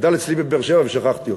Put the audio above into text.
גדל אצלי בבאר-שבע ושכחתי אותו.